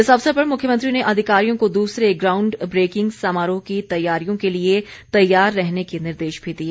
इस अवसर पर मुख्यमंत्री ने अधिकारियों को दूसरे ग्राउंड ब्रेकिंग समारोह की तैयारियों के लिए तैयार रहने के निर्देश भी दिए